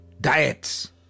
Diets